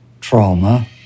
trauma